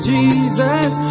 Jesus